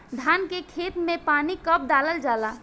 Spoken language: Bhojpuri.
धान के खेत मे पानी कब डालल जा ला?